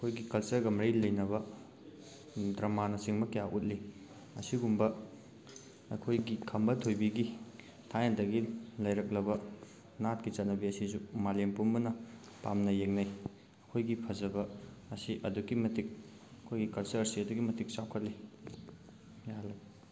ꯑꯩꯈꯣꯏꯒꯤ ꯀꯜꯆꯒ ꯃꯔꯤ ꯂꯩꯅꯕ ꯗ꯭ꯔꯃꯥꯅꯆꯤꯡꯕ ꯀꯌꯥ ꯎꯠꯂꯤ ꯑꯁꯤꯒꯨꯝꯕ ꯑꯩꯈꯣꯏꯒꯤ ꯈꯝꯕ ꯊꯣꯏꯕꯤꯒꯤ ꯊꯥꯏꯅꯗꯒꯤ ꯂꯩꯔꯛꯂꯕ ꯅꯥꯠꯀꯤ ꯆꯠꯅꯕꯤ ꯑꯁꯤꯁꯨ ꯃꯥꯂꯦꯝ ꯄꯨꯝꯕꯅ ꯄꯥꯝꯅ ꯌꯦꯡꯅꯩ ꯑꯩꯈꯣꯏꯒꯤ ꯐꯖꯕ ꯑꯁꯤ ꯑꯗꯨꯛꯀꯤ ꯃꯇꯤꯛ ꯑꯩꯈꯣꯏꯒꯤ ꯀꯜꯆꯔ ꯑꯁꯤ ꯑꯗꯨꯛꯀꯤ ꯃꯇꯤꯛ ꯆꯥꯎꯈꯠꯂꯤ ꯌꯥꯍꯜꯂꯒꯦ